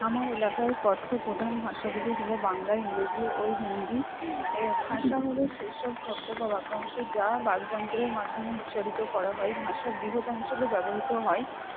আমার এলাকায় কথ্য প্রধান ভাষাগুলি হল বাংলা ইংরেজি ও হিন্দি ভাষা হল সেই সব শব্দ বা বাক্যাংশ যা বাগযন্ত্রের মাধ্যমে উচ্চারিত করা হয় ভাষা বৃহৎ অঞ্চলে ব্যবহৃত হয়